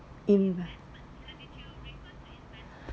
if